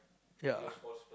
ya